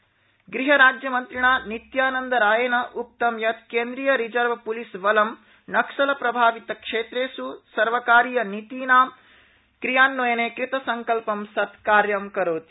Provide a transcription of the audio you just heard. Nityanand CRPF गृहराज्यमन्त्रिणा नित्यानन्दरायेन उक्तं यत् केन्द्रिय रिजर्व पुलिस बलं नक्सलप्रभावितक्षेत्रेषु सर्वकारीयनीतिनां क्रियान्वयने कृतसंकल्पं सत् कार्यं करोति